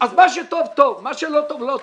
אז מה שטוב טוב ומה שלא טוב לא טוב.